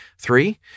Three